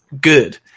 good